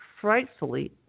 frightfully